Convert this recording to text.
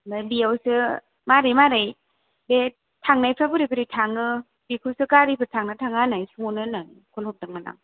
आमफ्राय बेयावसो मारै मारै बे थांनायफ्रा बोरै बोरै थांङो बेखौसो गारिफोर थांना थाङा होननानै सोंहरनो फन हरदोंमोन आं